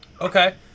Okay